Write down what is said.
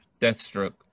deathstroke